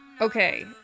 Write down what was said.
Okay